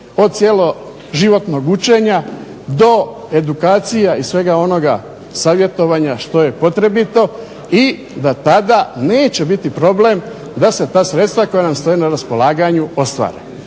od cjeloživotnog učenja do edukacija i svega onoga savjetovanja što je potrebito i da tada neće biti problem da se ta sredstva koja nam stoje na raspolaganju ostvare.